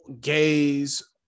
gays